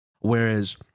Whereas